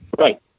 Right